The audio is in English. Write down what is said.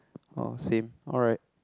orh same alright